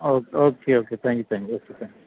ആ okay okay thank you thank you okay thank U